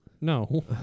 No